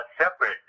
separate